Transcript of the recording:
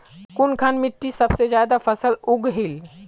कुनखान मिट्टी सबसे ज्यादा फसल उगहिल?